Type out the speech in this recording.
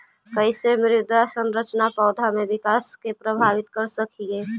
कईसे मृदा संरचना पौधा में विकास के प्रभावित कर सक हई?